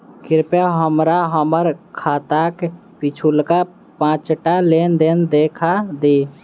कृपया हमरा हम्मर खाताक पिछुलका पाँचटा लेन देन देखा दियऽ